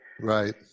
Right